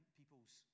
people's